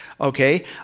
okay